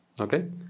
Okay